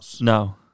No